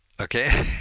Okay